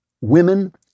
women